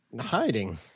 Hiding